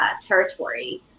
territory